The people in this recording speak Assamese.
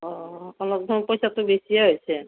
অ' অলপ পইচাটো বেছিয়ে হৈছে